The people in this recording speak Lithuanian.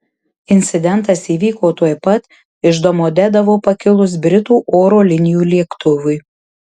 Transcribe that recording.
incidentas įvyko tuoj pat iš domodedovo pakilus britų oro linijų lėktuvui